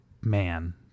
man